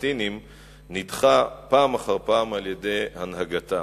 הפלסטינים נדחה פעם אחר פעם על-ידי הנהגתם.